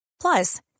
Plus